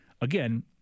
Again